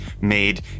made